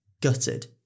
gutted